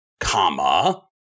comma